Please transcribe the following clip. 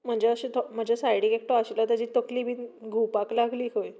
म्हणजे म्हजे सायडी एकटो आशिल्लो ताची तकली बीन घुंवपाक लागली खंय